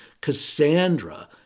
Cassandra